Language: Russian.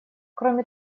кроме